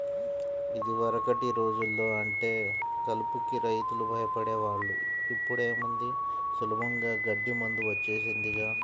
యిదివరకటి రోజుల్లో అంటే కలుపుకి రైతులు భయపడే వాళ్ళు, ఇప్పుడేముంది సులభంగా గడ్డి మందు వచ్చేసిందిగా